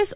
S